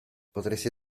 potresti